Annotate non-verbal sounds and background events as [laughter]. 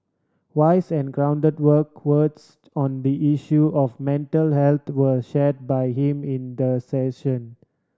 wise and grounded [unintelligible] words on the issue of mental health were shared by him in the session